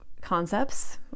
concepts